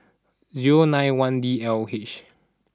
zero nine one D L H